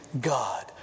God